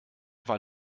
war